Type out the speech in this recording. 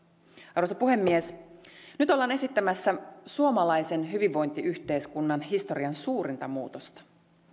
arvoisa puhemies nyt ollaan esittämässä suomalaisen hyvinvointiyhteiskunnan historian suurinta muutosta